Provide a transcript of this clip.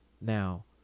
now